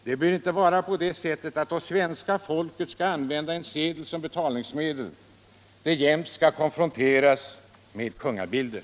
Det bör inte vara på det sättet att då svenska folket skall använda en sedel som betalningsmedel, det jämt skall konfronteras med kungabilder.